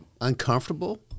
uncomfortable